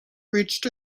reached